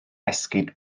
esgid